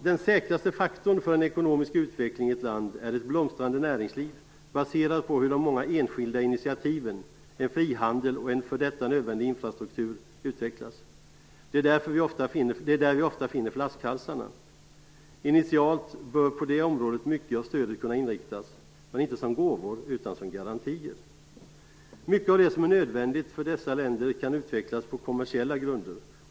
Den säkraste faktorn för ekonomisk utveckling i ett land är ett blomstrande näringsliv baserat på många enskilda initiativ, på frihandel och på en för detta nödvändig infrastruktur. Detta måste utvecklas. Det är där vi ofta finner flaskhalsarna. Initialt bör mycket av stödet kunna inriktas på det området - men inte som gåvor, utan som garantier. Mycket av det som är nödvändigt för dessa länder kan utvecklas på kommersiella grunder.